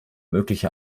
mögliche